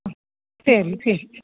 ஆ சரி சரி